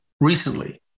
recently